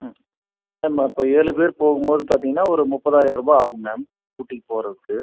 ம் மேம் அப்போ ஏழு பேர் போகும்போது பார்த்தீங்கன்னால் ஒரு முப்பதாயிரம் ரூபாய் ஆகும் மேம் ஊட்டிக்கு போகிறதுக்கு